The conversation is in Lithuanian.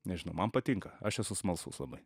nežinau man patinka aš esu smalsus labai